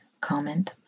comment